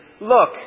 Look